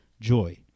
joy